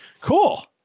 Cool